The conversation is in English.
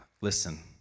listen